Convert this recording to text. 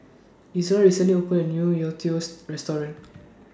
Izola recently opened A New youtiao's Restaurant